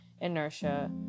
inertia